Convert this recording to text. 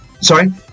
Sorry